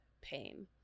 pain